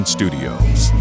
Studios